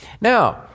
Now